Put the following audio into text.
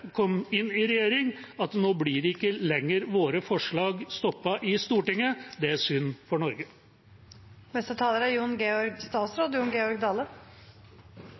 kom inn i regjering: Nå blir ikke lenger våre forslag stoppet i Stortinget. Det er synd for Norge.